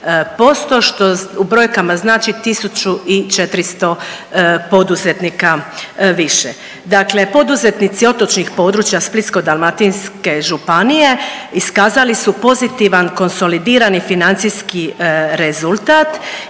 što u brojkama znači 1.400 poduzetnika više. Dakle poduzetnici otočnih područja Splitsko-dalmatinske županije iskazali su pozitivan konsolidirani financijski rezultat